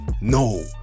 no